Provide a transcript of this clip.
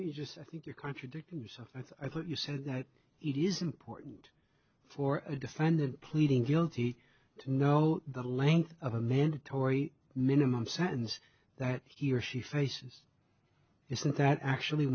that just i think you're contradicting yourself i thought you said that it is important for a defendant pleading guilty to know the length of a mandatory minimum sentence that he or she faces isn't that actually